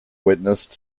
witnessed